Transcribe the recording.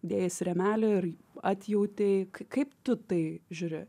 dėjaisi rėmelį ir atjautei kaip tu tai žiūri